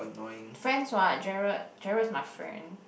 friends what Gerald Gerald is my friend